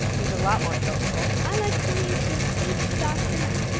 he's a lot more social. i like coming to see dr. knight.